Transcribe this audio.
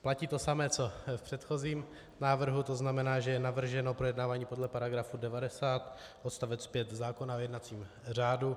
Platí to samé co v předchozím návrhu, to znamená, že je navrženo projednávání podle § 90 odst. 5 zákona o jednacím řádu.